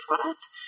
product